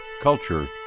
culture